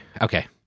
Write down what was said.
Okay